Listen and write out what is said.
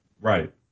right